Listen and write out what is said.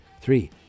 three